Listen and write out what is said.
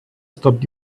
stopped